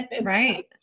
right